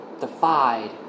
defied